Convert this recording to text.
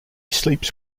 sleeps